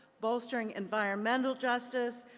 bolstering environmental justice,